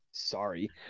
Sorry